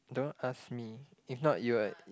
don't ask me if not you'll